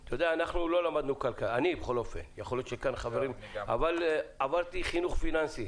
אני לא למדתי כלכלה, אבל עברתי חינוך פיננסי.